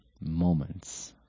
moments